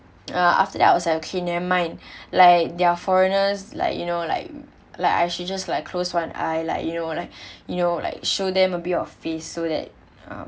uh after that I was like okay never mind like they're foreigners like you know like like I should just like closed one eye lah you know and I you know like show them a bit of face so that um